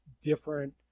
different